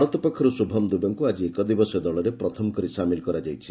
ଭାରତ ପକ୍ଷର୍ତ ଶ୍ରଭମ ଦୂବେଙ୍କୁ ଆଜି ଏକଦିବସୀୟ ଦଳରେ ପ୍ରଥମ କରି ସାମିଲ କରାଯାଇଛି